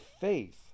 faith